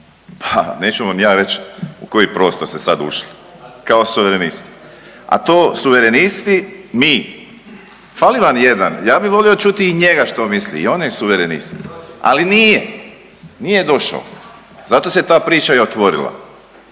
pa neću vam ja reći u koji prostor ste sad ušli kao suverenisti, a to suverenisti mi, fali vam jedan, ja bi volio čuti i njega što misli i on je suverenist, ali nije, nije došao zato se ta priča i otvorila.